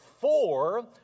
four